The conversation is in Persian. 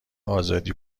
آزادی